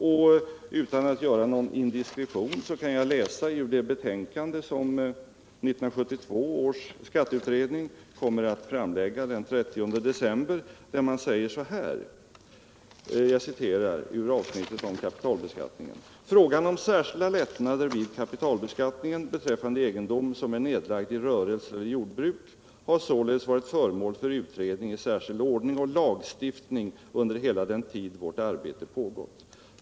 Utan att göra mig skyldig till någon indiskretion kan jag citera ur det betänkande som 1972 års skatteutredning kommer att framlägga den 30 december, där man säger så här i avsnittet om kapitalbeskattningen: ”Frågan om särskilda lättnader vid kapitalbeskattningen beträffande egendom som är nedlagd i rörelse eller jordbruk har således varit föremål för utredning i särskild ordning och lagstiftning under hela den tid vårt arbete pågått.